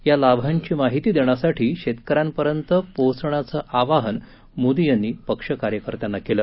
या लाभांची माहिती देण्यासाठी शेतकऱ्यांपर्यंत पोचवण्याचं आवाहन मोदी यांनी पक्षकार्यकर्त्यांना केलं